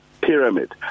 pyramid